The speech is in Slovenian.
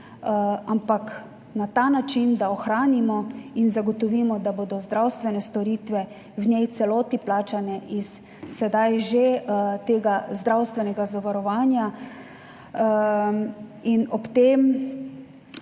ampak na ta način, da ohranimo in zagotovimo, da bodo zdravstvene storitve v njej v celoti plačane iz sedaj že tega zdravstvenega zavarovanja in ob tem želim